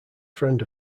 friend